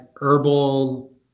herbal